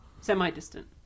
semi-distant